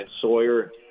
Sawyer